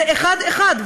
זה אחד-אחד,